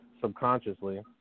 subconsciously